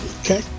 Okay